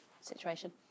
situation